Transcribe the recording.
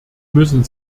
müssen